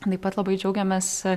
taip pat labai džiaugiamės